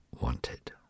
wanted